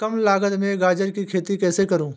कम लागत में गाजर की खेती कैसे करूँ?